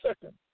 second